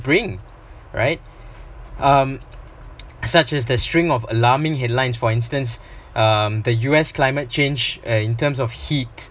bring right um such as the string of alarming headlines for instance uh the U_S climate change uh in terms of heat